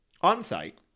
on-site